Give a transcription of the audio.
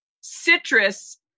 citrus